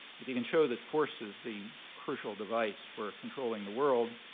if you can show that force is the crucial device for controlling the world,